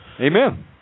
Amen